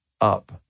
up